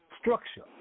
structure